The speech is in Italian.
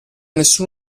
nessun